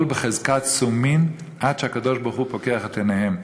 בחזקת סומין עד שהקדוש-ברוך-הוא פוקח את עיניהם.